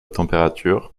température